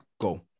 go